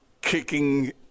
kicking